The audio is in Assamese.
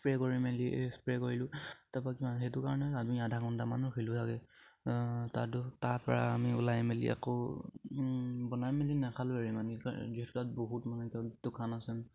স্প্ৰে' কৰি মেলি স্প্ৰে' কৰিলোঁ তাৰপা কিমান সেইটো কাৰণে আমি আধা ঘণ্টামানো তাতো তাৰপৰা আমি ওলাই মেলি আকৌ বনাই মেলি নেখালোঁ হেৰি মানে